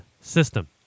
system